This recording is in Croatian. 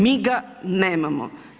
Mi ga nemamo.